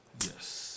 Yes